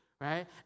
Right